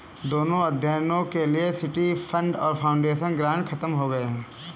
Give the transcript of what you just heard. दोनों अध्ययनों के लिए सिटी फंड और फाउंडेशन ग्रांट खत्म हो गए हैं